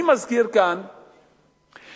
אני מזכיר כאן שהכנסת,